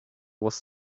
was